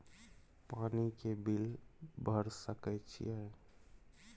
पानी के बिल भर सके छियै?